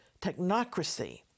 technocracy